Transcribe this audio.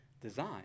design